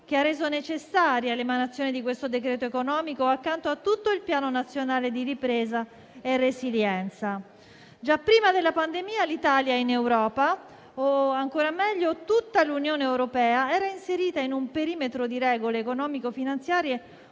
che ha reso necessaria l'emanazione di questo provvedimento economico, accanto a tutto il Piano nazionale di ripresa e resilienza. Già prima della pandemia l'Italia in Europa, o ancora meglio tutta l'Unione europea, era inserita in un perimetro di regole economico-finanziarie